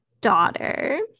daughter